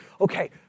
okay